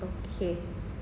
okay